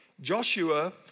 Joshua